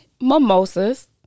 Mimosas